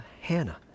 Hannah